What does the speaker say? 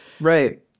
right